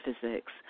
physics